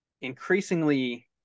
increasingly